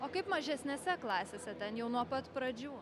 o kaip mažesnėse klasėse ten jau nuo pat pradžių